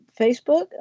Facebook